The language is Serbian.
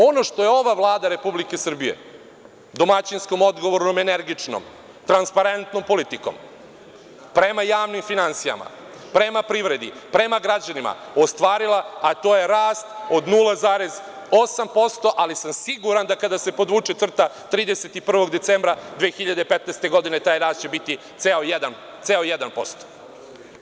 Ono što je ova Vlada Republike Srbije domaćinskom, odgovornom i energičnom, transparentnom politikom prema javnim finansijama, prema privredi, prema građanima ostvarila, to je rast od 0,8%, ali sam siguran da kada se podvuče crta 31. decembra 2015. godine taj rast će biti ceo jedan posto.